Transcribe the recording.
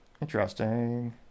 interesting